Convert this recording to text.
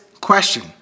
question